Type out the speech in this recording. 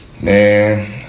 Man